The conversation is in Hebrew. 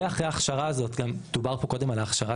ואחרי ההכשרה הזאת גם דובר פה קודם על ההכשרה